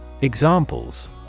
Examples